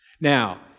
now